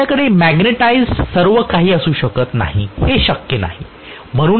आपल्याकडे मॅग्नेटाइज्ड सर्वकाही असू शकत नाही हे शक्य नाही